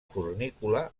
fornícula